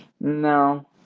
no